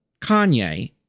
Kanye